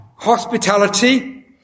hospitality